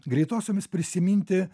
greitosiomis prisiminti